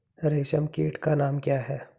रेशम कीट का नाम क्या है?